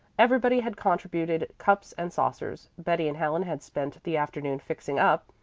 everybody had contributed cups and saucers. betty and helen had spent the afternoon fixing up,